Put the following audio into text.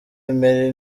emery